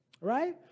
right